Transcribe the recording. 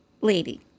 lady